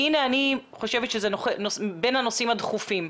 והנה אני חושבת שזה בין הנושאים הדחופים.